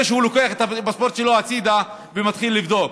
שהוא לוקח את הפספורט שלו הצידה ומתחיל לבדוק.